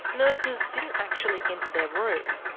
nurses didn't actually enter their room.